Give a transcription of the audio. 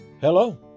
Hello